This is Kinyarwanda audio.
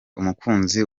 umukunzi